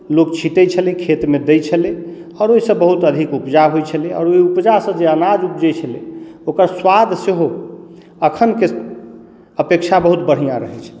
लोक छीटैत छलै खेतमे दैत छलै आओर ओहिसँ बहुत अधिक उपजा होइत छलै आओर ओहि उपजासँ जे अनाज उपजैत छलै ओकर सुआद सेहो एखनके अपेक्षा बहुत बढ़िआँ रहैत छलै